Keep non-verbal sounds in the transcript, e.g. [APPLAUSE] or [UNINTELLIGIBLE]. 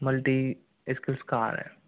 multi [UNINTELLIGIBLE] car है